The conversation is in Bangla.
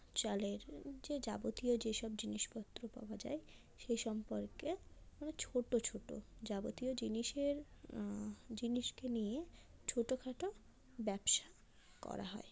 চালের যে যাবতীয় যেসব জিনিসপত্র পাওয়া যায় সেই সম্পর্কে অনেক ছোটো ছোটো যাবতীয় জিনিসের জিনিসকে নিয়ে ছোট খাটো ব্যবসা করা হয়